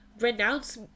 Renounce